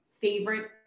favorite